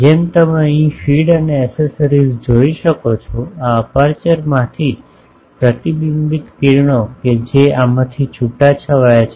જેમ તમે અહીં ફીડ અને એસેસરીઝ જોઈ શકો છો આ અપેર્ચરમાંથી પ્રતિબિંબિત કિરણો કે જે આમાંથી છૂટાછવાયા છે